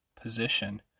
position